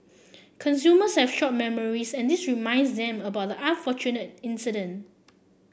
consumers have short memories and this reminds them about the unfortunate incident